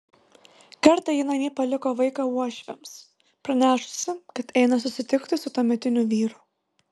kartą ji namie paliko vaiką uošviams pranešusi kad eina susitikti su tuometiniu vyru